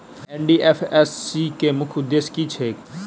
NDFSC केँ मुख्य उद्देश्य की छैक?